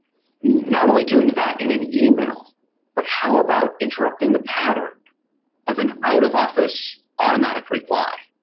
not only doing that in an email but how about interrupting the pattern of an out-of-office automatic reply?